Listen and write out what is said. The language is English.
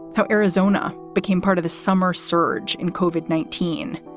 how arizona became part of the summer surge in covid nineteen.